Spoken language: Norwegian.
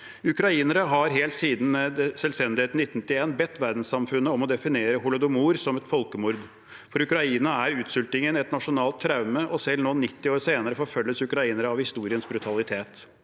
Ukrainere har helt siden selvstendigheten i 1991 bedt verdenssamfunnet om å definere holodomor som et folkemord. For Ukraina er utsultingen et nasjonalt traume, og selv nå, 90 år senere, forfølges ukrainere av historiens brutalitet.